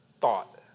thought